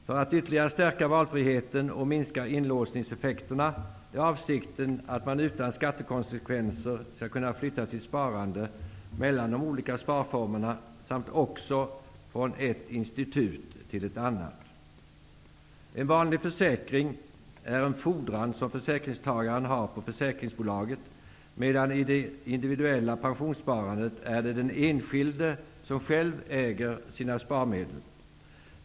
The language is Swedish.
För att ytterligare stärka valfriheten och minska inlåsningseffekterna är avsikten att man utan skattekonsekvenser skall kunna flytta sitt sparande mellan de olika sparformerna samt också från ett institut till ett annat. En vanlig försäkring är en fordran som försäkringstagaren har på försäkringsbolaget, medan det i det individuella pensionssparandet är den enskilde själv som äger sina sparmedel.